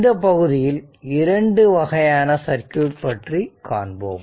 இந்தப் பகுதியில் இரண்டு வகையான சர்க்யூட் பற்றி காண்போம்